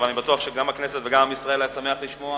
אבל אני בטוח שגם הכנסת וגם עם ישראל היו שמחים לשמוע